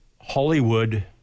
Hollywood